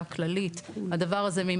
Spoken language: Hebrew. אין